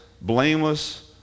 blameless